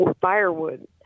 firewood